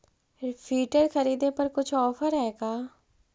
Filter खरिदे पर कुछ औफर है का?